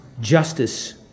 justice